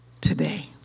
today